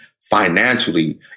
financially